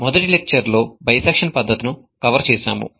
మొదటి లెక్చర్ లో బైసెక్షన్ పద్ధతి ను కవర్ చేసాము